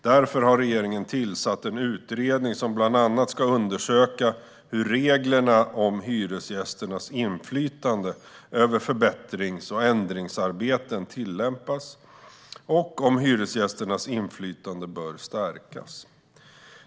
Därför har regeringen tillsatt en utredning som bland annat ska undersöka hur reglerna om hyresgästernas inflytande över förbättrings och ändringsarbeten tillämpas och om hyresgästernas inflytande bör stärkas.